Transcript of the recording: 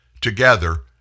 together